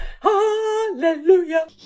Hallelujah